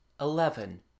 Eleven